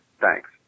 Thanks